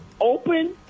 open